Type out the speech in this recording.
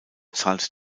zahlt